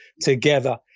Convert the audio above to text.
together